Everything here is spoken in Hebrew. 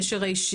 את הקשר האישי,